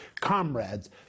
comrades